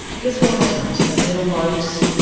guess what happens? they get on boats,